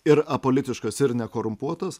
ir apolitiškos ir nekorumpuotos